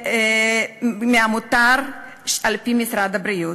מהמותר על-פי משרד הבריאות.